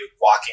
walking